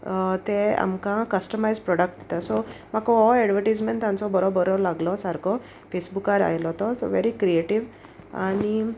ते आमकां customise product दिता सो म्हाका हो एडवर्टीजमेंट तांचो बरो बरो लागलो सारको फेसबुकार आयलो तो सो वेरी क्रिएटीव आनी